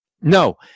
No